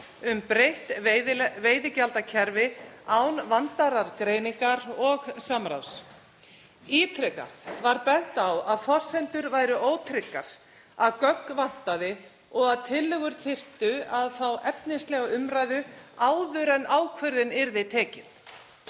um breytt veiðigjaldakerfi án vandaðrar greiningar og samráðs. Ítrekað var bent á að forsendur væru ótryggar, að gögn vantaði og að tillögur þyrftu að fá efnislega umræðu áður en ákvörðun yrði tekin.